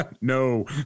No